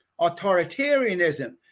authoritarianism